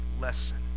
lesson